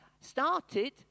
started